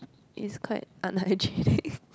is quite unhygienic